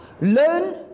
Learn